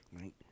right